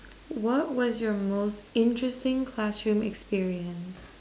what what is your most interesting classroom experience